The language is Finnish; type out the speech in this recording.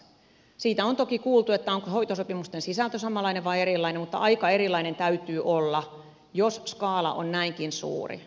siitä on toki kuultu että onko hoitosopimusten sisältö samanlainen vai erilainen mutta aika erilainen täytyy olla jos skaala on näinkin suuri